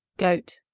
goat,